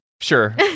Sure